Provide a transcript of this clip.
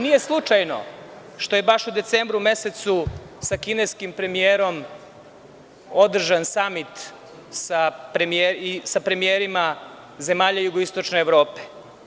Nije slučajno što je baš u decembru mesecu sa kineskim premijerom održan samit sa premijerima zemalja jugoistočne Evrope.